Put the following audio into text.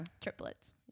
Triplets